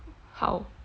how